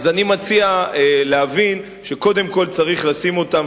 אני מציע להבין שקודם כול צריך לשים אותן,